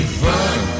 fun